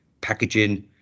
packaging